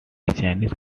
chinese